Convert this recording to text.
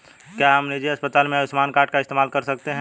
क्या हम निजी अस्पताल में आयुष्मान कार्ड का इस्तेमाल कर सकते हैं?